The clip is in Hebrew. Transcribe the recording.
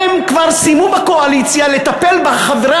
הם כבר סיימו בקואליציה לטפל בחברי